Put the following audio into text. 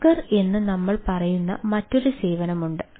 Docker എന്ന് നമ്മൾ പറയുന്ന മറ്റൊരു സേവനമുണ്ട്